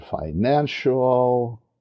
financial